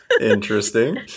Interesting